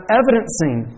evidencing